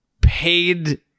paid